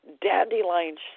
dandelions